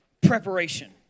preparation